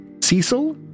Cecil